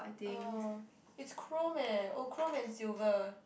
oh it's chrome eh oh chrome and silver